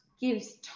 gives